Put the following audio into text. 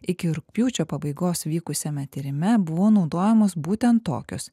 iki rugpjūčio pabaigos vykusiame tyrime buvo naudojamos būtent tokios